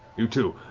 you too.